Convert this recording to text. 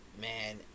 Man